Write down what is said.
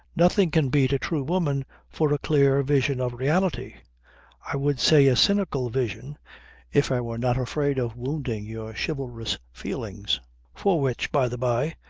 nothing can beat a true woman for a clear vision of reality i would say a cynical vision if i were not afraid of wounding your chivalrous feelings for which, by the by,